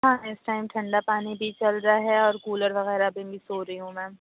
ہاں اَس ٹائم ٹھنڈہ پانی بھی چل رہا ہے اور کولر وغیرہ میں بھی سو رہی ہوں میم